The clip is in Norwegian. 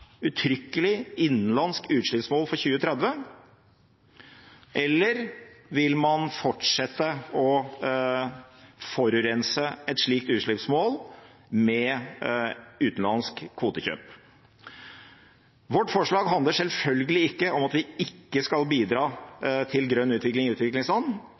uttrykkelig innenlandsk utslippsmål for 2030, eller vil man fortsette å forurense et slikt utslippsmål med utenlandsk kvotekjøp? Vårt forslag handler selvfølgelig ikke om at vi ikke skal bidra til grønn utvikling i utviklingsland.